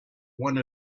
one